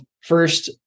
first